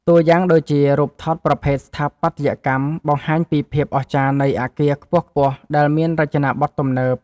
តួយ៉ាងដូចជា រូបថតប្រភេទស្ថាបត្យកម្ម បង្ហាញពីភាពអស្ចារ្យនៃអាគារខ្ពស់ៗដែលមានរចនាបថទំនើប។